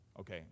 Okay